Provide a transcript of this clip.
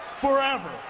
forever